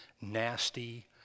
nasty